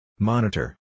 Monitor